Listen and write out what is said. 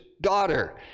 daughter